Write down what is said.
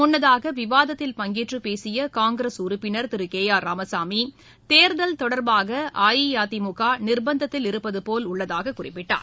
முன்னதாக விவாதத்தில் பங்கேற்று பேசிய காங்கிரஸ் உறுப்பினர் திரு கே ஆர் ராமசாமி தேர்தல் தொடர்பாக அஇஅதிமுக நிர்பந்தத்தில் இருப்பது போல் உள்ளதாக குறிப்பிட்டார்